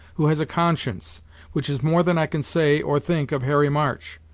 who has a conscience which is more than i can say or think of harry march.